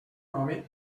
home